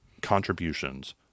contributions